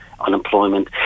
unemployment